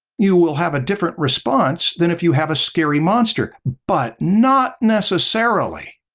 you will have a different response than if you have a scary monster, but not necessarily.